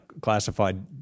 classified